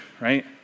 right